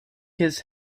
his